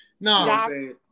No